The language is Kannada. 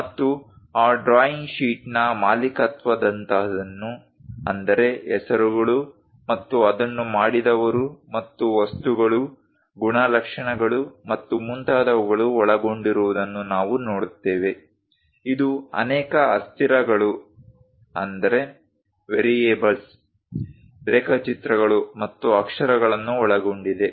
ಮತ್ತು ಆ ಡ್ರಾಯಿಂಗ್ ಶೀಟ್ನ ಮಾಲೀಕತ್ವದಂತಹದನ್ನು ಅಂದರೆ ಹೆಸರುಗಳು ಮತ್ತು ಅದನ್ನು ಮಾಡಿದವರು ಮತ್ತು ವಸ್ತುಗಳು ಗುಣಲಕ್ಷಣಗಳು ಮತ್ತು ಮುಂತಾದವುಗಳು ಒಳಗೊಂಡಿರುವುದನ್ನು ನಾವು ನೋಡುತ್ತೇವೆ ಇದು ಅನೇಕ ಅಸ್ಥಿರಗಳು ರೇಖಾಚಿತ್ರಗಳು ಮತ್ತು ಅಕ್ಷರಗಳನ್ನು ಒಳಗೊಂಡಿದೆ